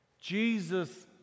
Jesus